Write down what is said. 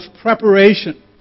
preparation